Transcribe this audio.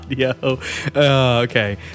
okay